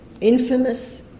infamous